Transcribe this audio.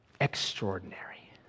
extraordinary